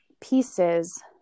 pieces